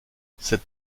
cette